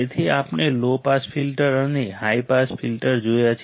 તેથી આપણે low pass filter અને હાઈ પાસ ફિલ્ટર જોયા છે